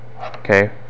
okay